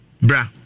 bra